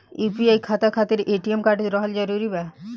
UPI खाता खातिर ATM card रहल जरूरी बा?